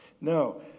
No